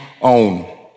own